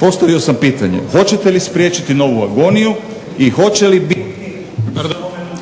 Postavio sam pitanje. Hoćete li spriječiti novu agoniju i hoće li biti